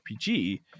RPG